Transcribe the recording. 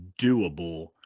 doable